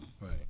Right